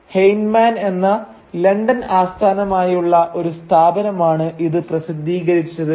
Heinemann എന്ന London ആസ്ഥാനമായുള്ള ഒരു സ്ഥാപനമാണ് ഇത് പ്രസിദ്ധീകരിച്ചത്